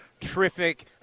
terrific